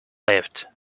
lift